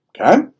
Okay